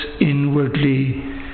inwardly